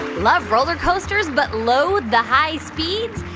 love roller coasters but loathe the high speeds?